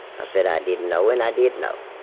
i said i didn't know, and i did know.